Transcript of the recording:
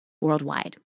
worldwide